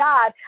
God